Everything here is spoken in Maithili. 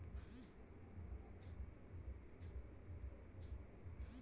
मध्य धूरी सिचाई यंत्र सॅ कृषक कीटनाशक के छिड़काव कय सकैत अछि